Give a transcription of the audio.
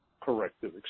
corrective